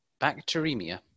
bacteremia